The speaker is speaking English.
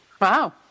Wow